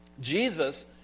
Jesus